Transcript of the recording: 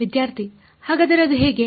ವಿದ್ಯಾರ್ಥಿ ಹಾಗಾದರೆ ಅದು ಹೇಗೆ